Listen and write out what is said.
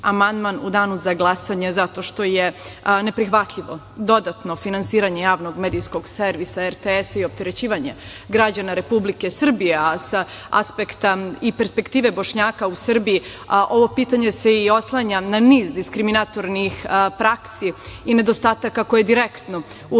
u danu za glasanje zato što je neprihvatljivo dodatno finansiranje Javnog medijskog servisa RTS-a i opterećivanje građana Republike Srbije, a sa aspekta i perspektive Bošnjaka u Srbiji ovo pitanje se odnosi na niz diskriminartornih praksi i nedostataka koje direktno utiču